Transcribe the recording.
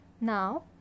Now